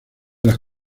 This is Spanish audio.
las